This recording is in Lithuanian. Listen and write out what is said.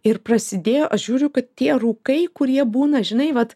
ir prasidėjo aš žiūriu kad tie rūkai kurie būna žinai vat